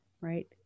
right